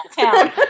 town